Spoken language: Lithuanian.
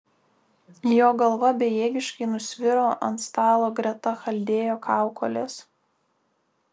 jo galva bejėgiškai nusviro ant stalo greta chaldėjo kaukolės